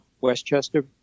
Westchester